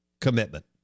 commitment